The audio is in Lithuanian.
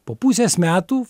po pusės metų